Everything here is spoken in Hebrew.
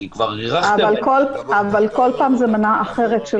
כי כבר הארכתם --- כל פעם זה מנה אחרת של